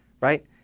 right